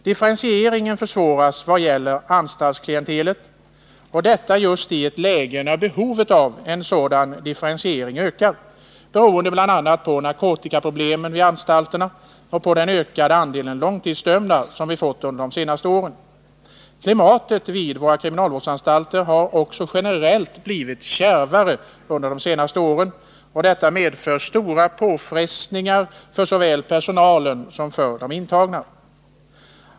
Differentieringen försvåras i vad gäller anstaltsklientelet— och detta i ett läge där behovet av en sådan differentiering ökar, beroende bl.a. på narkotikaproblemen vid anstalterna och på den ökade andel långtidsdömda som vi fått under de senaste åren. Klimatet vid kriminalvårdsanstalterna har också generellt blivit kärvare under senare år, och detta medför stora påfrestningar för såväl personalen som de intagna.